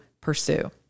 pursue